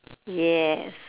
yes